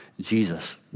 Jesus